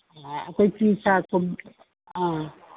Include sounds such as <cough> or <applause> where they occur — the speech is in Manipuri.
ꯑꯥ ꯑꯩꯈꯣꯏ <unintelligible> ꯑꯥ